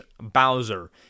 Bowser